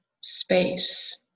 space